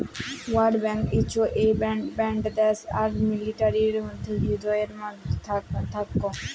war bond হচ্যে সে bond দ্যাশ আর মিলিটারির মধ্যে হ্য়েয় থাক্যে